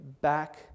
back